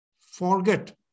forget